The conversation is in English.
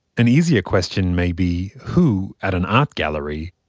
an easier question may be who, at an art gallery,